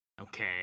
Okay